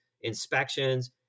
inspections